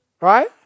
Right